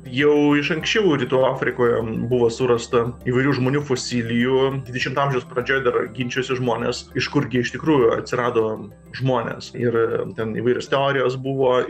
jau iš anksčiau rytų afrikoje buvo surasta įvairių žmonių fosilijų dvidešimto amžiaus pradžioj dar ginčijosi žmonės iš kurgi iš tikrųjų atsirado žmonės ir ten įvairios teorijos buvo